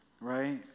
right